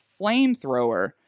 Flamethrower